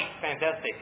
fantastic